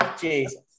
jesus